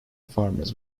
farmers